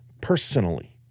personally